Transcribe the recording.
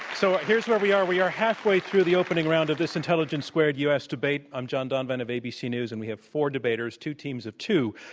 so here's where we are. we are halfway through the opening round of this intelligence squared u. s. debate. i'm john donvan of abc news. and we have four debaters, two teams of two